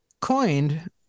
coined